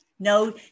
No